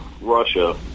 Russia